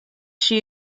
she